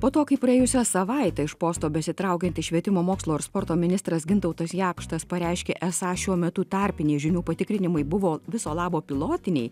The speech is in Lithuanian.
po to kai praėjusią savaitę iš posto besitraukiantis švietimo mokslo ir sporto ministras gintautas jakštas pareiškė esą šiuo metu tarpiniai žinių patikrinimui buvo viso labo pilotiniai